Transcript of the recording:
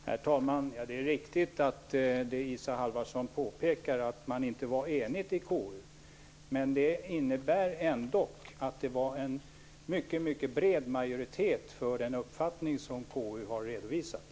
Herr talman! Det är riktigt att KU, som Isa Halvarsson påpekar, inte var enigt. Det innebär ändå att det fanns en mycket bred majoritet bakom den uppfattning som KU har redovisat.